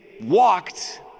walked